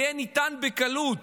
יהיה ניתן בקלות